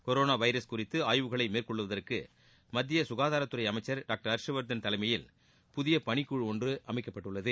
corona virus குறித்து ஆய்வுகளை மேற்கொள்வதற்கு மத்திய சுகாதாரத்துறை அமைச்சர் டாக்டர் ஹர்ஷ்வர்தன் தலைமையில் புதிய பணிக்குழு ஒன்றை அமைக்கப்பட்டுள்ளது